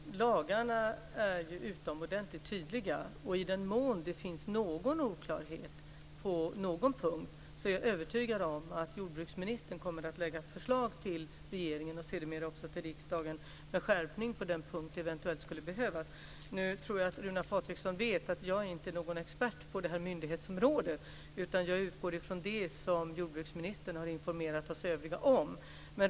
Herr talman! Lagarna är utomordentligt tydliga. I den mån det finns någon oklarhet på någon punkt är jag övertygad om att jordbruksministern kommer att lägga fram ett förslag till regeringen och sedermera också till riksdagen på den punkt där skärpning eventuellt skulle behövas. Nu vet Runar Patriksson att jag inte är någon expert på det här myndighetsområdet, utan jag utgår från det som jordbruksministern har informerat oss övriga om.